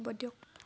হ'ব দিয়ক